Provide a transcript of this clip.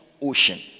ocean